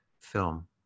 film